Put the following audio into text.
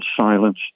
silence